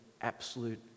absolute